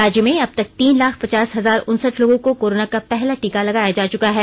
राज्य में अब तक तीन लाख पंचास हजार उनसठ लोगों को कोरोना का पहला टीका लगाया जा चुका है